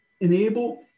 enable